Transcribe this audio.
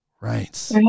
Right